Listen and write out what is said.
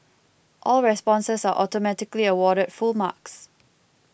all responses are automatically awarded full marks